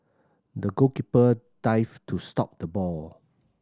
the goalkeeper dived to stop the ball